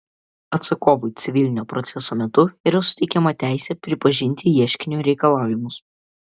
atsakovui civilinio proceso metu yra suteikiama teisė pripažinti ieškinio reikalavimus